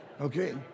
Okay